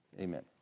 Amen